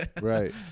right